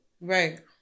Right